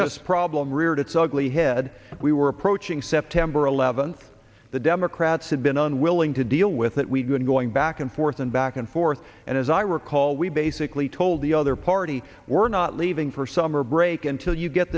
yes problem reared its ugly head we were approaching september eleventh the democrats had been unwilling to deal with it we've been going back and forth and back and forth and as i recall we basically told the other party we're not leaving for summer break until you get